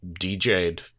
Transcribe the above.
DJed